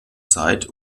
zeit